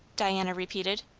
diana repeated.